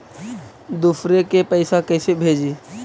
दुसरे के पैसा कैसे भेजी?